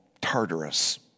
Tartarus